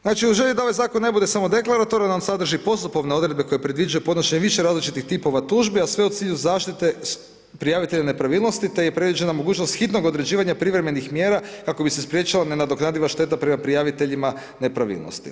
Znači u želji da ovaj zakon ne bude samo deklaratoran, on sadrži postupovne odredbe koje predviđa podnošenje više različitih tipova tužbi a sve u cilju zaštite prijavitelja nepravilnosti te je predviđena mogućnost hitnog određivanja privremenih mjera kako bi se spriječila nenadoknadiva šteta prema prijaviteljima nepravilnosti.